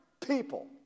people